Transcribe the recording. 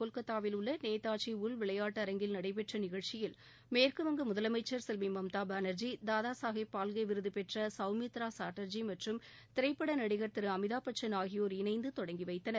கொல்கத்தாவில் உள்ள நேதாஜி உள் விளையாட்டரங்கில் நடைபெற்ற நிகழ்ச்சியில் மேற்குவங்க முதலமைச்சர் செல்வி மம்தா பானர்ஜி தாதா சாகே பால்கே விருது பெற்ற சவ்மித்ரா சாட்டர்ஜி மற்றும் திரைப்பட நடிகர் திரு அமிதாப்பச்சன் ஆகியோர் இணைந்து தொடங்கி வைத்தனர்